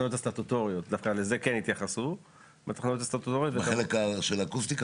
הסטטוטוריות דווקא לזה כן התייחסו בחלק מהתכניות האלה,